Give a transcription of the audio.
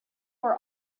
were